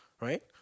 right